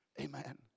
Amen